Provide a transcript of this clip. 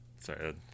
sorry